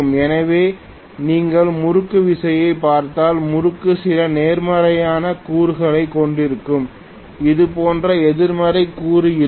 எனவே நீங்கள் முறுக்குவிசையைப் பார்த்தால் முறுக்கு சில நேர்மறையான கூறுகளைக் கொண்டிருக்கும் இது போன்ற எதிர்மறை கூறு இருக்கும்